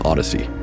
Odyssey